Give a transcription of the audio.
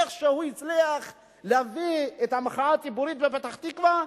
איכשהו הצליח להביא את המחאה הציבורית בפתח-תקווה,